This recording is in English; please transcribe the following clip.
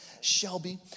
Shelby